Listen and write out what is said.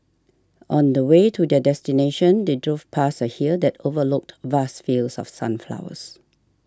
on the way to their destination they drove past a hill that overlooked vast fields of sunflowers